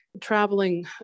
Traveling